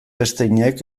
einsteinek